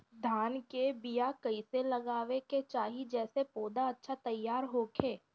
धान के बीया कइसे लगावे के चाही जेसे पौधा अच्छा तैयार होखे?